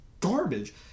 garbage